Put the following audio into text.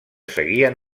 seguien